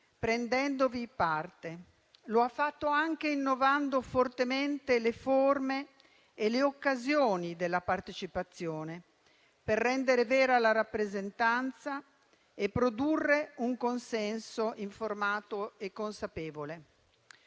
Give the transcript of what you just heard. prendendovi parte. Lo ha fatto anche innovando fortemente le forme e le occasioni della partecipazione, per rendere vera la rappresentanza e produrre un consenso informato e consapevole.